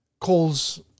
calls